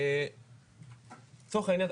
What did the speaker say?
לצורך העניין,